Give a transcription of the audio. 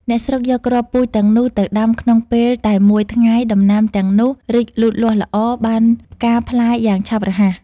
អ្នកស្រុកយកគ្រាប់ ពូជទាំងនោះ ទៅដាំក្នុងពេលតែមួយថ្ងៃដំណាំទាំងនោះរីកលូតលាស់ល្អបានផ្កាផ្លែយ៉ាងឆាប់រហ័ស ។